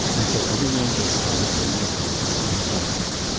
and so everyone just started putting their phones on vibrate.